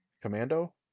commando